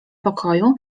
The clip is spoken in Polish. pokoju